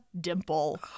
Dimple